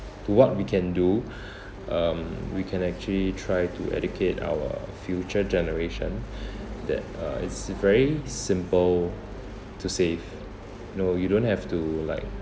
do what we can do um we can actually try to educate our future generation that uh it's very simple to save you know you don't have to like